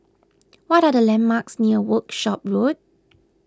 what are the landmarks near Workshop Road